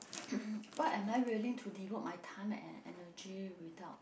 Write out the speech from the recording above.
what am I willing to devote my time and energy without